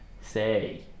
say